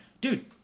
dude